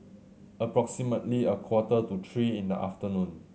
approximately a quarter to three in the afternoon